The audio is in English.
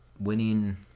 winning